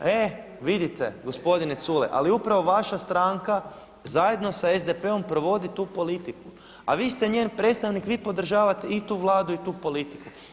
E, vidite gospodine Culej, ali upravo vaša stranka zajedno sa SDP-om provodi tu politiku, a vi ste njen predstavnik, vi podržavate i tu Vladu i tu politiku.